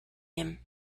him